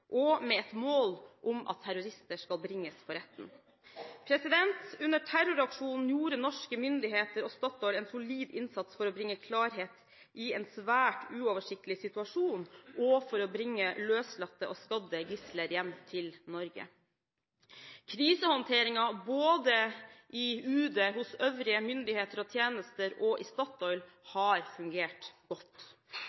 og med et mål om at terrorister skal bringes for retten. Under terroraksjonen gjorde norske myndigheter og Statoil en solid innsats for å bringe klarhet i en svært uoversiktlig situasjon og for å bringe løslatte og skadde gisler hjem til Norge. Krisehåndteringen både i UD, hos øvrige myndigheter og tjenester og i Statoil